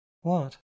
What